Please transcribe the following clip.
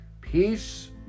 Peace